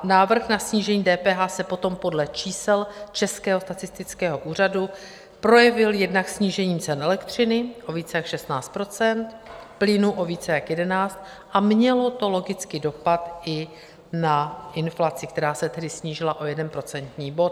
Návrh na snížení DPH se potom podle čísel podle Českého statistického úřadu projevil jednak snížením cen elektřiny o více jak 16 %, plynu o více jak 11 % a mělo to logicky dopad i na inflaci, která se tedy snížila o 1 procentní bod.